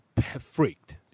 freaked